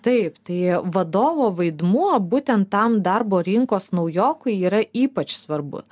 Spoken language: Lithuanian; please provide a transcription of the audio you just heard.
taip tai vadovo vaidmuo būtent tam darbo rinkos naujokui yra ypač svarbu